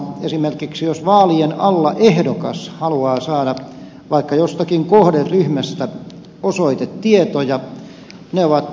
esimerkiksi jos vaalien alla ehdokas haluaa saada vaikka jostakin kohderyhmästä osoitetietoja ne ovat tietosuojan alla